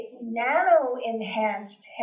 nano-enhanced